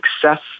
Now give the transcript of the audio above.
success